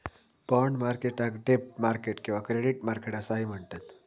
bond मार्केटाक डेब्ट market किंवा क्रेडिट मार्केट असाही म्हणतत